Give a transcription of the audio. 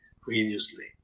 previously